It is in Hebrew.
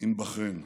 עם בחריין.